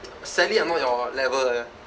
sadly I'm not your level ah